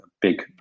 big